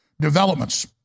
developments